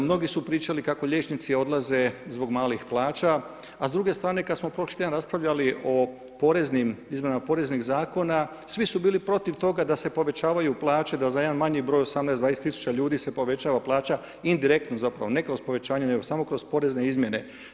Mnogi su pričali da liječnici odlaze zbog malih plaća, a s druge strane kada smo prošli tjedan raspravljali o poreznim, izmjenama poreznih zakona, svi su bili protiv toga da se povećavaju plaće, da za jedan manji broj 18,20 tisuća ljudi se povećava plaća indirektno zapravo, ne kroz povećanje, nego samo kroz porezne izmjene.